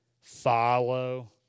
follow